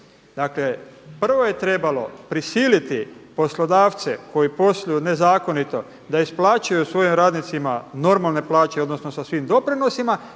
Dakle, prvo je trebalo prisiliti poslodavce koji posluju nezakonito da isplaćuju svojim radnicima normalne plaće, odnosno sa svim doprinosima